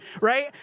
right